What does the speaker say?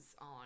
on